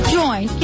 join